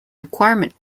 requirement